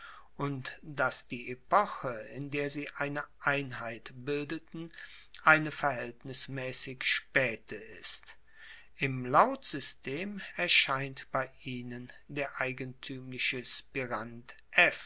und dass die epoche in der sie eine einheit bildeten eine verhaeltnismaessig spaete ist im lautsystem erscheint bei ihnen der eigentuemliche spirant